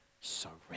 surrender